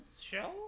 show